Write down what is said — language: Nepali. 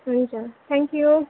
हुन्छ थ्याङ्कयू